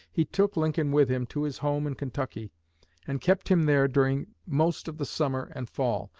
he took lincoln with him to his home in kentucky and kept him there during most of the summer and fall,